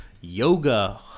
Yoga